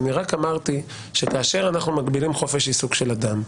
רק אמרתי שכאשר אנחנו מגבילים חופש עיסוק של אדם,